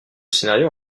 scénario